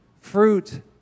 Fruit